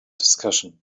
discussion